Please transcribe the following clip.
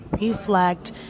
reflect